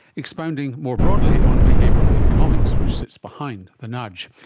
expounding more broadly on behavioural economics, which sits behind the nudge.